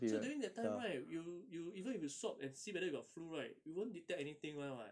so during that time right you you even if you swab and see whether you got flu right you won't detect anything [one] [what]